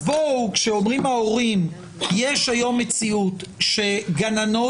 כשאומרים ההורים שיש היום מציאות של גננות